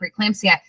preeclampsia